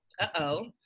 uh-oh